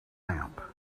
lamp